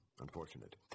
Unfortunate